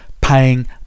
paying